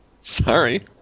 Sorry